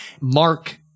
mark